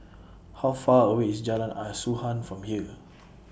How Far away IS Jalan Asuhan from here